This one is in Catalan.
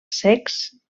secs